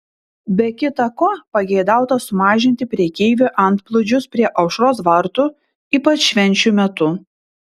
be kita ko pageidauta sumažinti prekeivių antplūdžius prie aušros vartų ypač švenčių metu